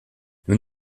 nous